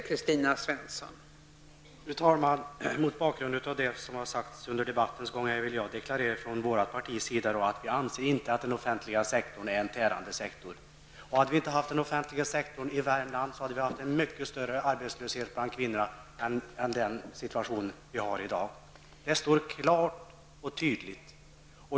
Fru talman! Mot bakgrund av det som har sagts under debattens gång vill jag från vårt partis sida deklarera att vi inte anser att den offentliga sektorn är en tärande sektor. Hade vi inte haft den offentliga sektorn i Värmland hade vi haft en mycket större arbetslöshet bland kvinnorna än i dag. Det står klart och tydligt.